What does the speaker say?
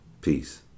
Peace